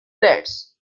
blades